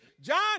John